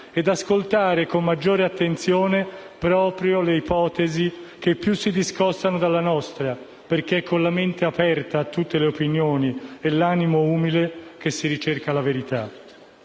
ad ascoltare con maggiore attenzione proprio le ipotesi che più si discostano dalle nostre, perché è con la mente aperta a tutte le opinioni e l'animo umile che si ricerca la verità.